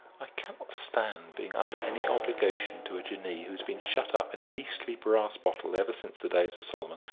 i can not stand being under any obligation to a jinnee who's been shut up in a beastly brass bottle ever since the days of solomon,